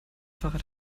fahrrad